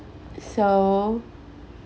so